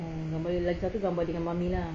err gambar lagi satu gambar dengan mummy lah